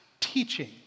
teaching